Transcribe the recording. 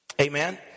Amen